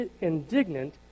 indignant